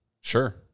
Sure